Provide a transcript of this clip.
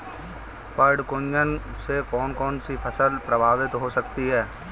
पर्ण कुंचन से कौन कौन सी फसल प्रभावित हो सकती है?